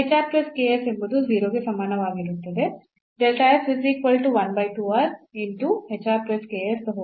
ಎಂಬುದು 0 ಗೆ ಸಮಾನವಾಗಿರುತ್ತದೆ